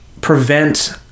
prevent